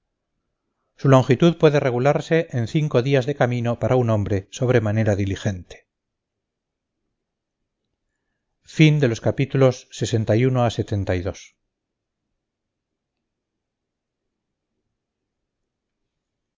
su longitud puede regularse en cinco días de camino para un hombre sobremanera diligente